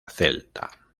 celta